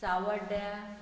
सांवड्ड्या